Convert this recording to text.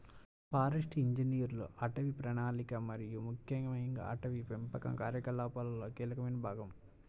forest ఇంజనీర్లు అటవీ ప్రణాళిక మరియు ముఖ్యంగా అటవీ పెంపకం కార్యకలాపాలలో కీలకమైన భాగం